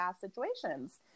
situations